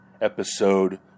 Episode